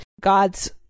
God's